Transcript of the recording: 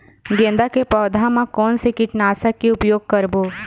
गेंदा के पौधा म कोन से कीटनाशक के उपयोग करबो?